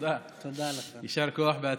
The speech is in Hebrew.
יישר כוח ובהצלחה.